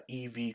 EV